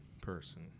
person